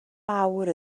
mawr